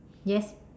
yes